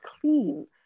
clean